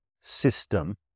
system